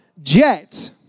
Jet